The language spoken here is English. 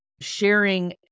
sharing